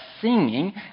singing